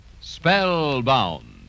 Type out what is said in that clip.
Spellbound